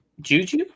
juju